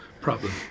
problem